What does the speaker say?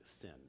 sin